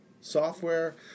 software